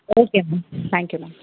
okay ma'am thank you ma'am